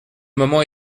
moment